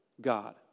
God